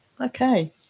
Okay